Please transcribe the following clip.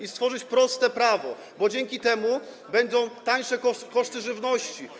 i stworzyć proste prawo, bo dzięki temu będą niższe koszty żywności.